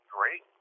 Great